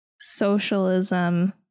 socialism